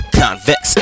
convex